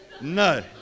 No